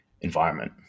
environment